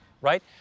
right